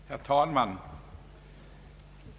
Herr talman!